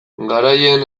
garaileen